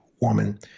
woman